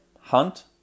hunt